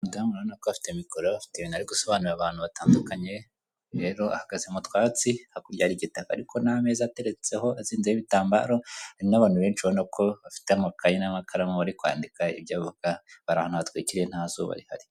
Umudamu urabona ko afite mikoro, afite ibintu ari gusobanurira abantu batandukanye, rero ahagaze mu twatsi, hakurya hari igitaka ariko n'ameza ateretseho azinzeho ibitambaro, hari n'abantu benshi ubona ko bafite amakaye n'amakaramu bari kwandika ibyo avuga, bari ahantu hatwikiriye, nta zuba rihari.